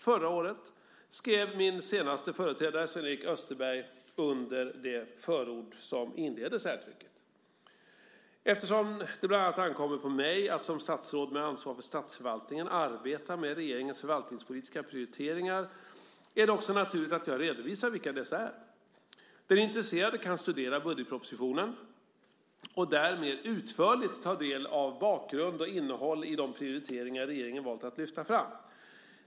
Förra året skrev min senaste företrädare, Sven-Erik Österberg, under det förord som inleder särtrycket. Eftersom det bland annat ankommer på mig att såsom statsråd med ansvar för statsförvaltningen arbeta med regeringens förvaltningspolitiska prioriteringar är det också naturligt att jag redovisar vilka dessa är. Den intresserade kan studera budgetpropositionen och där mer utförligt ta del av bakgrund och innehåll i de prioriteringar regeringen valt att lyfta fram.